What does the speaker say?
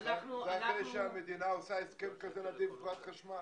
זה אחרי שהמדינה עושה הסכם כזה נדיב עם חברת חשמל.